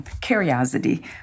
curiosity